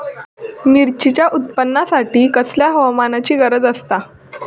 मिरचीच्या उत्पादनासाठी कसल्या हवामानाची गरज आसता?